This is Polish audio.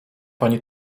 pani